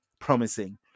promising